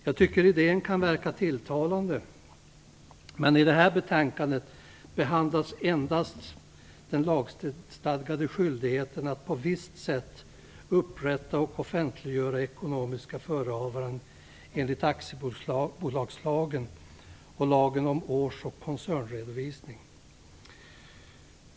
Jag tycker att idén kan verka tilltalande, men i det här betänkandet behandlas endast den lagstadgade skyldigheten att på visst sätt upprätta och offentliggöra ekonomiska förehavanden enligt aktiebolagslagen och lagen om års och koncernredovisning.